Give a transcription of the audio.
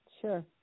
Sure